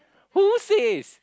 who says